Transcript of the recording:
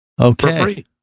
Okay